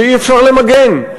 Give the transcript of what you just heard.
שאי-אפשר למגן,